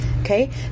Okay